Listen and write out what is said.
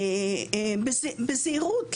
בזהירות,